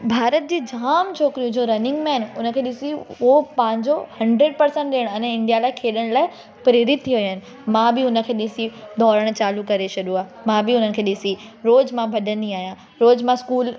भारत जे जाम छोकिरियुनि जो रनिंग में आहिनि उन खे ॾिसी उहे पंहिंजो हंड्रेड पर्सेंट ॾियणु अने इंडिया लाइ खेॾण लाइ प्रेरित थी वियूं आहिनि मां बि हुन खे ॾिसी दौड़ण चालू करे छॾियो आहे मां बि हुननि खे ॾिसी रोज़ु मां भॼंदी आहियां रोज़ु मां स्कूल